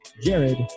Jared